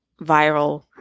viral